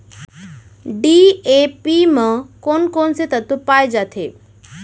DAP म कोन कोन से तत्व पाए जाथे?